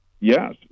yes